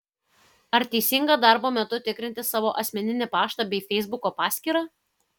ar teisinga darbo metu tikrinti savo asmeninį paštą bei feisbuko paskyrą